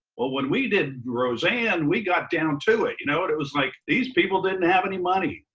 well, when we did roseanne we got down to it. you know what, it was like these people didn't have any money.